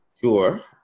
sure